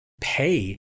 pay